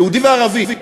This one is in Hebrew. יהודי וערבי,